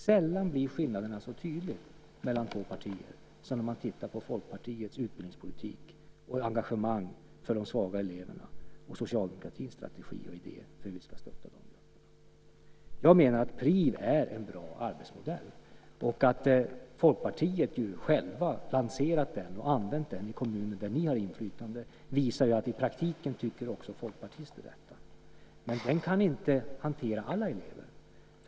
Sällan blir skillnaden mellan två partier så tydlig som när man tittar på Folkpartiets utbildningspolitik och engagemang för de svaga eleverna och socialdemokratins strategier och idéer för hur vi ska stötta dem. Jag menar att PRIV är en bra arbetsmodell. Att ni i Folkpartiet själva lanserat den och använt den i kommuner där ni har inflytande visar ju att också folkpartister i praktiken tycker detta. Men den kan inte hantera alla elever.